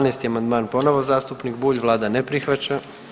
12. amandman, ponovo zastupnik Bulj, Vlada ne prihvaća.